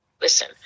listen